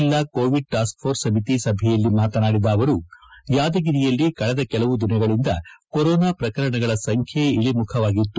ಜಲ್ಲಾ covid task force ಸಮಿತಿ ಸಭೆಯಲ್ಲಿ ಮಾತನಾಡಿದ ಅವರು ಯಾದಗಿರಿಯಲ್ಲಿ ಕಳೆದ ಕೆಲವು ದಿನಗಳಿಂದ ಕೊರೋನಾ ಪ್ರಕರಣಗಳ ಸಂಚ್ಯೆ ಇಳಮುಖವಾಗಿತ್ತು